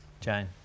Jane